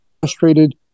frustrated